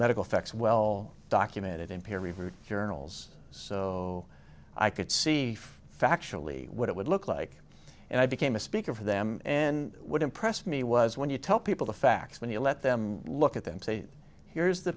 medical facts well documented in peer reviewed journals so i could see factually what it would look like and i became a speaker for them and what impressed me was when you tell people the facts when you let them look at them say here's the